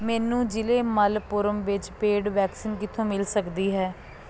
ਮੈਨੂੰ ਜ਼ਿਲ੍ਹੇ ਮਲਪੁਰਮ ਵਿੱਚ ਪੇਡ ਵੈਕਸੀਨ ਕਿੱਥੋਂ ਮਿਲ ਸਕਦੀ ਹੈ